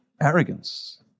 arrogance